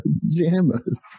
pajamas